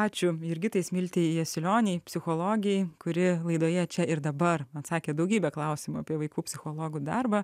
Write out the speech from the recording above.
ačiū jurgitai smiltei jasiulionei psichologei kuri laidoje čia ir dabar atsakė į daugybė klausimų apie vaikų psichologų darbą